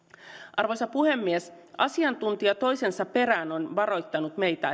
arvoisa puhemies asiantuntija toisensa perään on varoittanut meitä